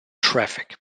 traffic